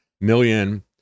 million